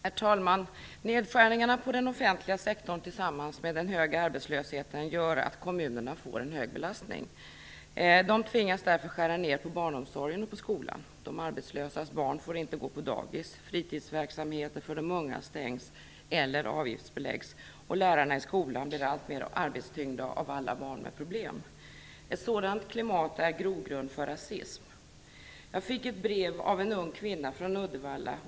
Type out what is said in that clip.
Herr talman! Nedskärningarna på den offentliga sektorn tillsammans med den höga arbetslösheten gör att kommunerna får en hög belastning. De tvingas därför att skära ner på barnomsorgen och på skolan. De arbetslösas barn får inte gå på dagis, fritidsverksamheten för de unga stängs eller avgiftsbeläggs, och lärarna i skolan blir alltmer arbetstyngda av alla barn med problem. Ett sådant klimat är grogrund för rasism. Jag fick ett brev från en ung kvinna i Uddevalla.